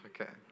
Okay